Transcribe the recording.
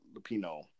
Lupino